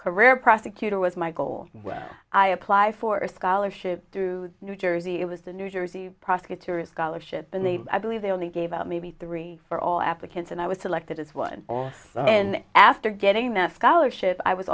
career prosecutor was my goal when i apply for a scholarship through new jersey it was the new jersey prosecutor's scholarship and the i believe they only gave out maybe three for all applicants and i was selected as one and after getting that scholarship i was